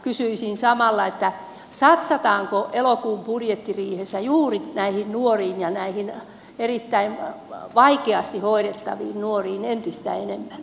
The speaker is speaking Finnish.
kysyisin samalla satsataanko elokuun budjettiriihessä juuri näihin erittäin vaikeasti hoidettaviin nuoriin entistä enemmän